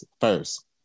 first